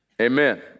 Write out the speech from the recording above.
Amen